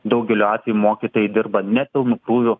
daugeliu atvejų mokytojai dirba ne pilnu krūviu